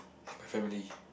it's my family